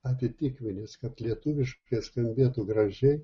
atitikmenis kad lietuviškai skambėtų gražiai